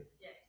Yes